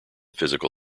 physical